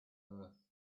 earth